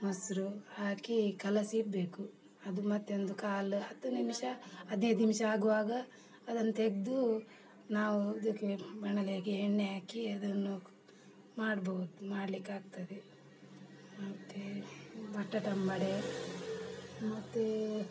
ಮೊಸರು ಹಾಕಿ ಕಲಸಿಡಬೇಕು ಅದು ಮತ್ತೆ ಒಂದು ಕಾಲು ಹತ್ತು ನಿಮಿಷ ಹದಿನೈದು ನಿಮಿಷ ಆಗುವಾಗ ಅದನ್ನು ತೆಗೆದು ನಾವು ಇದಕ್ಕೆ ಬಾಣಲೆಗೆ ಎಣ್ಣೆ ಹಾಕಿ ಅದನ್ನು ಮಾಡ್ಬಹ್ದು ಮಾಡಲಿಕ್ಕಾಗ್ತದೆ ಮತ್ತು ಬಟಾಟಂಬಡೆ ಮತ್ತು